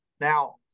Now